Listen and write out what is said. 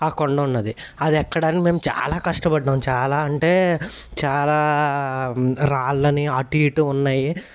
కొండ ఉన్నది అది ఎక్కడానికి మేము చాలా కష్టపడ్డాం చాలా అంటే చాలా రాళ్ళనీ అటు ఇటు ఉన్నాయి